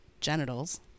genitals